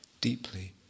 Deeply